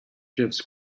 drifts